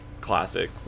classic